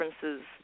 differences